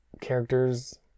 characters